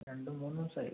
രണ്ട് മൂന്ന് ദിവസമായി